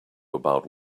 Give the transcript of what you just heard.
about